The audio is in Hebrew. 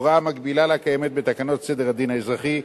הוראה מקבילה לה קיימת בתקנות סדר הדין האזרחי,